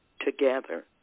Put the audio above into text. together